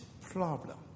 problem